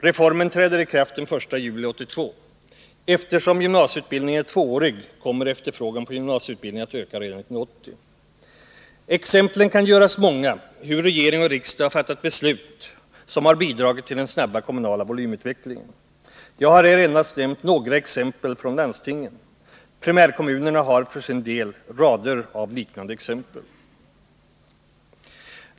Reformen träder i kraft den 1 juli 1982. Eftersom gymnasieutbildningen är tvåårig, kommer efterfrågan på gymnasieutbildningen att öka redan 1980. Exemplen kan göras många på hur regering och riksdag har fattat beslut som har bidragit till den snabba kommunala volymutvecklingen. Jag har här endast givit några exempel från landstingen — primärkommunerna har för sin del rader av liknande exempel.